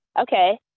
Okay